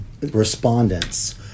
respondents